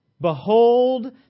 behold